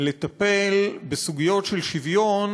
לטפל בסוגיות של שוויון,